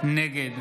נגד